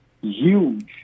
huge